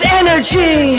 energy